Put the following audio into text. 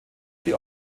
die